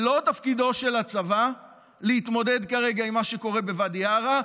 ולא תפקידו של הצבא להתמודד כרגע עם מה שקורה בוואדי עארה,